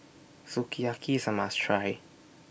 Sukiyaki IS A must Try